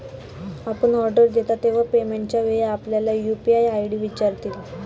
आपण ऑर्डर देता तेव्हा पेमेंटच्या वेळी आपल्याला यू.पी.आय आय.डी विचारतील